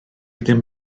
ddim